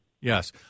Yes